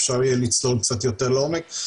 אפשר יהיה לצלול קצת יותר לעומק.